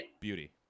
Beauty